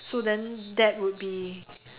so then that would be